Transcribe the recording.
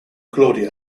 claudia